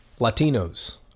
Latinos